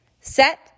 Set